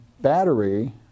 battery